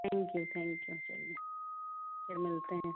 thank you thank you चलिए फिर मिलते हैं